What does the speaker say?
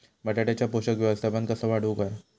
बटाट्याचा पोषक व्यवस्थापन कसा वाढवुक होया?